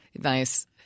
Nice